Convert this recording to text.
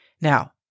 Now